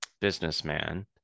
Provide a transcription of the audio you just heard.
businessman